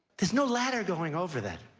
there's no ladder going over that.